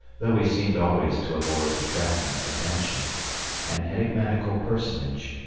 though he seemed always to avoid attracting attention an enigmatical personage,